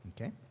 okay